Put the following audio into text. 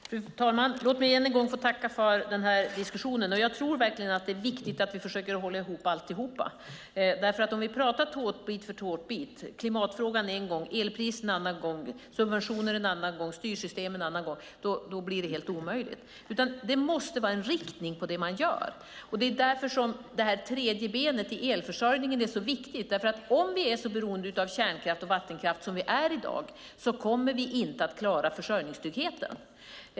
Fru talman! Låt mig ännu en gång få tacka för diskussionen. Jag tror att det är viktigt att vi försöker hålla ihop allt. Talar vi tårtbit för tårtbit, alltså klimatfrågan för sig, elpriser för sig, subventioner för sig och styrsystem för sig blir det omöjligt. Det måste vara en riktning på det man gör. Det är därför som det tredje benet i elförsörjningen är så viktigt. Om vi fortsätter att vara så beroende av kärnkraft och vattenkraft som vi är i dag kommer vi inte att klara försörjningstryggheten.